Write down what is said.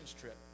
trip